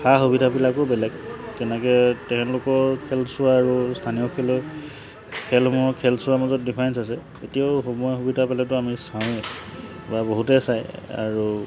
সা সুবিধাবিলাকো বেলেগ তেনেকে তেওঁলোকৰ খেল চোৱা আৰু স্থানীয় খেলুৱৈ খেলসমূহৰ খেল চোৱাৰ মাজত ডিফাৰেঞ্চ আছে এতিয়াও সময় সুবিধা পালেতো আমি চাওঁৱেই বা বহুতে চাই আৰু